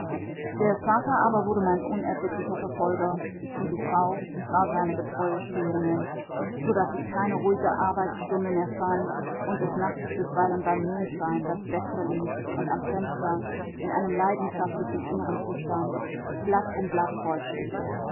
der vater aber wurde mein unerbittlicher verfolger und die frau war seine getreue spionin so daß ich keine ruhige arbeitsstunde mehr fand und des nachts bisweilen bei mondschein das bett verließ und am fenster in einem leidenschaftlichen inneren zustand blatt um blatt